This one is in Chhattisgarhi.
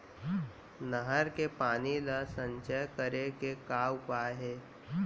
नहर के पानी ला संचय करे के का उपाय हे?